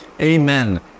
Amen